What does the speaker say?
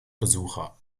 besucher